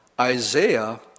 Isaiah